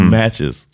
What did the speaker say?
matches